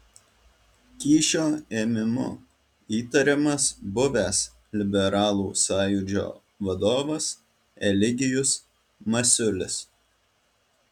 kyšio ėmimu įtariamas buvęs liberalų sąjūdžio vadovas eligijus masiulis